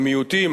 המיעוטים,